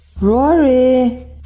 Rory